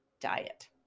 diet